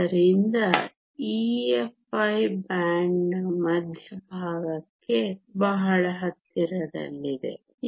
ಆದ್ದರಿಂದ EFi ಬ್ಯಾಂಡ್ನ ಮಧ್ಯಭಾಗಕ್ಕೆ ಬಹಳ ಹತ್ತಿರದಲ್ಲಿದೆ